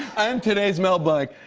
am today's mel blanc.